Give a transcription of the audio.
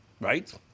Right